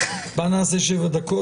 מה נעשה שבע דקות?